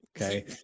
Okay